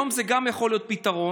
גם היום זה יכול להיות פתרון.